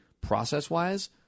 process-wise